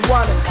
one